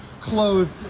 clothed